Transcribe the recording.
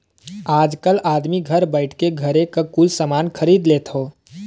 आजकल आदमी घर बइठे घरे क कुल सामान खरीद लेत हौ